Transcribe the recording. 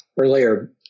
earlier